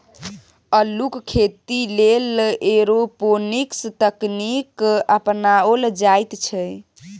अल्लुक खेती लेल एरोपोनिक्स तकनीक अपनाओल जाइत छै